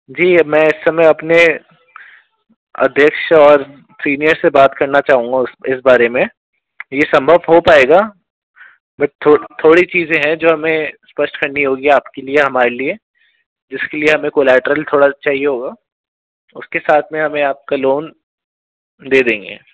जी मैं इस समय अपने अध्यक्ष और सीनियर से बात करना चाहूँगा उस इस बारे में ये संभव हो पाएगा बट थो थोड़ी चीज़ें हैं जो हमें स्पष्ट करनी होंगी आपके लिए हमारे लिए जिसके लिए कोलाट्रल थोड़ा चाहिए होगा उसके साथ में हमें आपका लोन दे देंगे